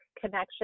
connection